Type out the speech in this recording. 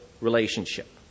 relationship